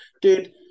dude